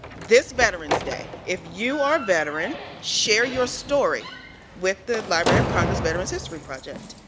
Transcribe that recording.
this veterans day if you are veteran share your story with the library of congress veterans history project.